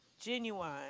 Genuine